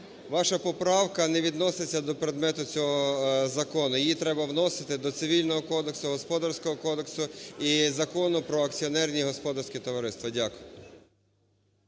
ваша поправка не відноситься до предмету цього закону. Її треба вносити до Цивільного кодексу, Господарського кодексу і Закону про акціонерні господарські товариства. Дякую.